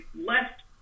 left